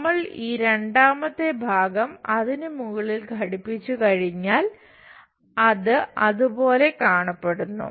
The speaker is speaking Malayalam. നമ്മൾ ഈ രണ്ടാമത്തെ ഭാഗം അതിനു മുകളിൽ ഘടിപ്പിച്ചുകഴിഞ്ഞാൽ അത് അതുപോലെ കാണപ്പെടുന്നു